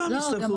נכון.